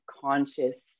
conscious